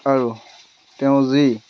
আৰু তেওঁৰ যি